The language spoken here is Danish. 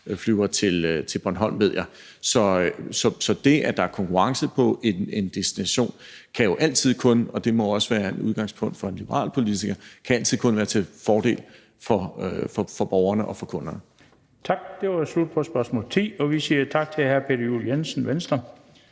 flyver til Bornholm, ved jeg. Så det, at der er konkurrence på en destination, kan jo altid kun – og det må også være udgangspunktet for en liberal politiker – være til fordel for borgerne og for kunderne. Kl. 16:14 Den fg. formand (Bent Bøgsted): Tak. Det var slut på spørgsmål 10, og vi siger tak til hr. Peter Juel-Jensen, Venstre.